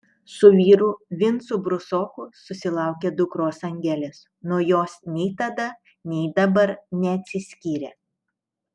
su vyru vincu brusoku susilaukė dukros angelės nuo jos nei tada nei dabar neatsiskyrė